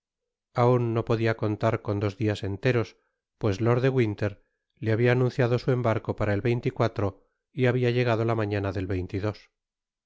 aun no podia contar con dos dias enteros pues lord de avinter le habia anunciado su embarco para el y habia llegado la mañana del de